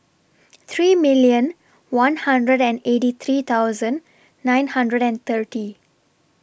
three million one hundred and eighty three thousand nine hundred and thirty